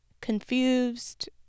confused